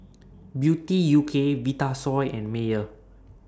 Beauty U K Vitasoy and Mayer